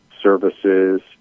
services